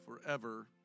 forever